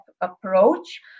approach